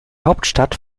hauptstadt